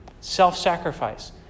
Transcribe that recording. self-sacrifice